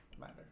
matter